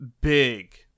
big